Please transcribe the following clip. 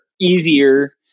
easier